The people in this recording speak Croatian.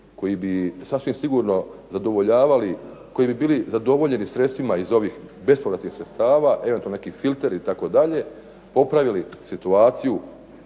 koji bi sasvim sigurno zadovoljavali, koji bi bili zadovoljeni sredstvima iz ovih bespovratnih sredstava, eventualno neki filtar itd. popravili situaciju